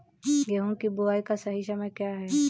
गेहूँ की बुआई का सही समय क्या है?